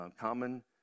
common